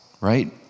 right